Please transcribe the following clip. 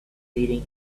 leading